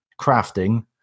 crafting